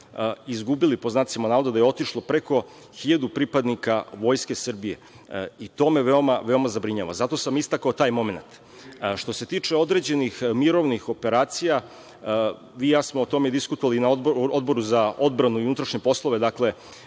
izgubili, pod znacima navoda, da je otišlo preko 1.000 pripadnika Vojske Srbije i to me veoma zabrinjava. Zato sam istakao taj momenat. Što se tiče određenih mirovnih operacija, vi i ja smo o tome diskutovali na Odboru za odbranu i unutrašnje poslove. Dakle,